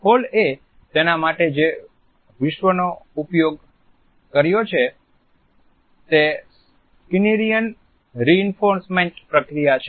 હોલએ તેના માટે જે વિશ્વનો ઉપયોગ કર્યો છે તે સ્કિનરિયન રીઈન્ફોસૅમેન્ટ પ્રક્રિયા છે